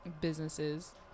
businesses